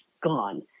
gone